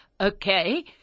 Okay